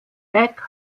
back